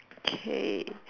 K